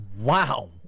wow